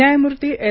न्यायमूर्ती एल